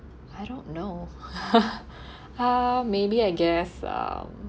I don't know ah maybe I guess um